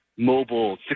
mobile